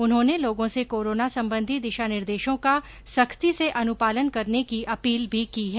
उन्होंने लोगों से कोरोना संबंधी दिशा निर्देशों का सख्ती से अनुपालन करने की अपील भी की है